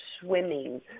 swimming